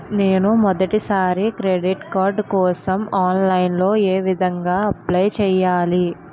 నేను మొదటిసారి credit card కోసం ఆన్లైన్ లో ఏ విధంగా అప్లై చేయాలి?